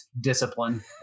discipline